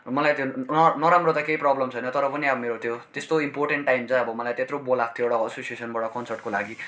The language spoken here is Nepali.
मलाई त्यो नराम्रो त केही प्रबलम छैन तर पनि मेरो अब त्यो त्यस्तो इम्पोर्टेन्ट टाइम चाहिँ मलाई त्यत्रो बोलाएको थियो एउटा एसोसिएसनबाट कन्सर्टको लागि